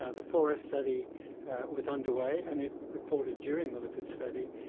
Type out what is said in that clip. ah the four s study was underway and it reported during the lipid study,